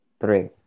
Three